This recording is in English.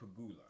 Pagula